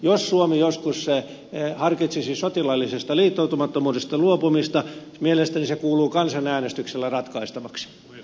jos suomi joskus harkitsisi sotilaallisesta liittoutumattomuudesta luopumista mielestäni se kuuluu kansanäänestyksellä ratkaistavaksi